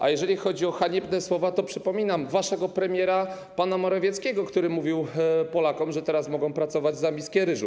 A jeżeli chodzi o haniebne słowa, to przypominam waszego premiera, pana Morawieckiego, który mówił Polakom, że teraz mogą pracować za miskę ryżu.